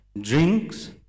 drinks